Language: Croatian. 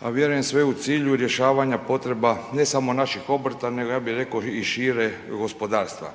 a vjerujem sve u cilju rješavanja potreba ne samo naših obrta nego ja bih rekao i šire gospodarstva.